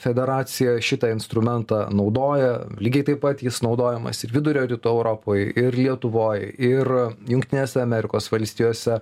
federacija šitą instrumentą naudoja lygiai taip pat jis naudojamas ir vidurio rytų europoj ir lietuvoj ir jungtinėse amerikos valstijose